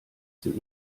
sind